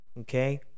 okay